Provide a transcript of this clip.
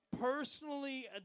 personally